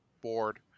board